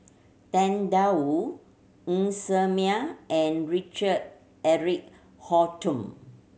Tang Da Wu Ng Ser Miang and Richard Eric Holttum